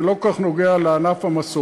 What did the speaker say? זה לא כל כך נוגע לענף המסורתי,